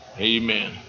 Amen